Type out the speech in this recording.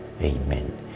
Amen